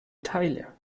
teile